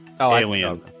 Alien